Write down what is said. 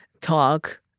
talk